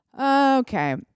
Okay